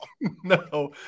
No